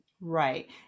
Right